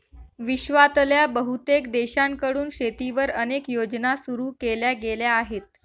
विश्वातल्या बहुतेक देशांकडून शेतीवर अनेक योजना सुरू केल्या गेल्या आहेत